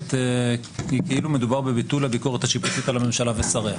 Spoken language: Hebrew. שמוצגת היא כאילו מדובר בביטול הביקורת השיפוטית על הממשלה ושריה,